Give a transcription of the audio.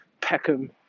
Peckham